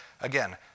Again